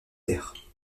terres